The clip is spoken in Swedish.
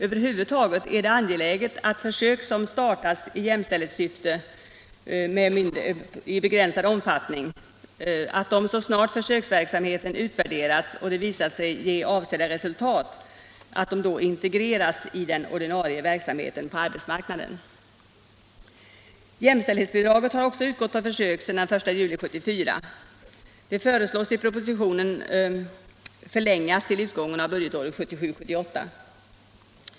Över huvud taget är det angeläget att försök i begränsad omfattning som syftar till jämställdhet integreras i den ordinarie verksamheten på arbetsmarknaden, så snart försöksverksamheten utvärderats och visat sig ge avsedda resultat. Jämställdhetsbidraget har också utgått på försök sedan den 1 juli 1974. Det föreslås i propositionen bli förlängt till utgången av budgetåret 1977/78.